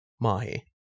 mahi